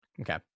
Okay